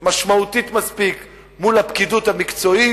משמעותית מספיק מול הפקידות המקצועית.